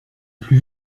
plus